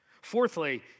Fourthly